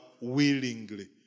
willingly